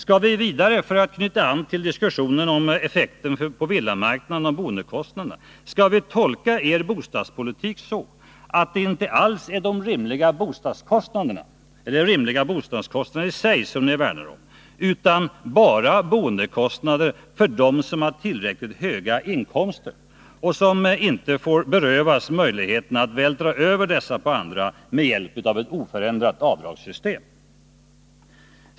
Skall vi vidare, för att knyta an till diskussionen om effekterna på villamarknaden och boendekostnaderna, tolka er bostadspolitik så, att det inte alls är de rimliga boendekostnaderna i sig som ni värnar om utan bara om boendekostnaderna för dem som har tillräckligt höga inkomster och som inte får berövas möjligheten att vältra över dessa på andra med hjälp av ett oförändrat avdragssystem?